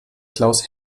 klaus